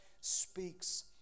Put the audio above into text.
speaks